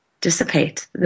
dissipate